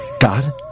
God